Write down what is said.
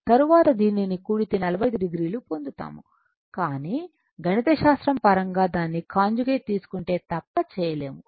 లేకపోతే దీనిని కూడితే 45 o పొందుతాము కానీ గణితశాస్త్రం పరంగా దానికి కాంజుగేట్ తీసుకుంటే తప్ప చేయలేము